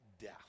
death